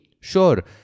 Sure